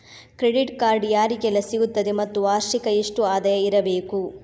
Credit card ಯಾರಿಗೆಲ್ಲ ಸಿಗುತ್ತದೆ ಮತ್ತು ವಾರ್ಷಿಕ ಎಷ್ಟು ಆದಾಯ ಇರಬೇಕು?